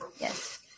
Yes